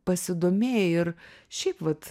pasidomėjai ir šiaip vat